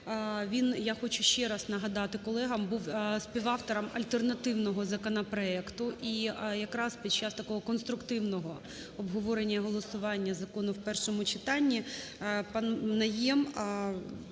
Він, я хочу ще раз нагадати колегам, був співавтором альтернативного законопроекту. І якраз під час такого конструктивного обговорення і голосування закону в першому читанні пан Найєм